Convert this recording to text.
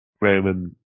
Roman